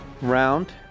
round